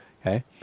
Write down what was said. okay